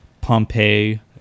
Pompeii